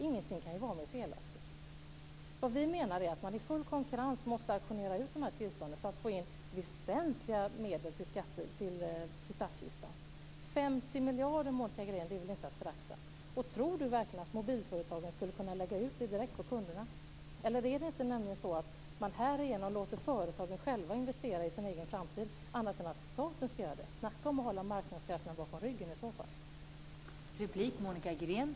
Ingenting kan vara mera felaktigt. Vi menar att man i full konkurrens måste auktionera ut tillstånden för att få in väsentliga medel till statskistan. 50 miljarder är väl inte att förakta? Och tror Monica Green verkligen att mobilföretagen skulle kunna lägga ut det direkt på kunderna? Är det inte så att man härigenom låter företagen själva investera i sin egen framtid i stället för att låta staten göra det? Snacka om att hålla marknadskrafterna bakom ryggen i sådana fall!